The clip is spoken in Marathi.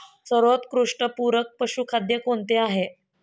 सर्वोत्कृष्ट पूरक पशुखाद्य कोणते आहे?